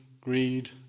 greed